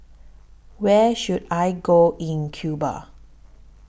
Where should I Go in Cuba